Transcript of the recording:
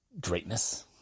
Greatness